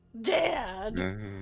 Dad